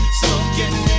smoking